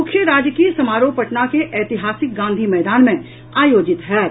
मुख्य राजकीय समारोह पटना के ऐतिहासिक गांधी मैदान मे आयोजित होयत